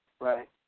Right